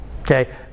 okay